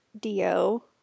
Dio